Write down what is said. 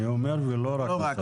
אני אומר, ולא רק משרד הפנים.